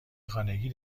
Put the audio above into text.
خانگی